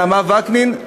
נעמה וקנין,